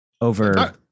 over